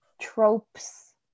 tropes